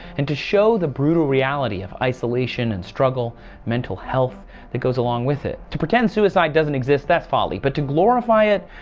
and to show the brutal reality of isolation, and struggle, and mental health that goes along with it. to pretend suicide doesn't exist, that's folly, but to glorify it,